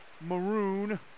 maroon